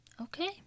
Okay